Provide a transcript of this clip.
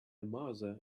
mother